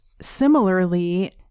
similarly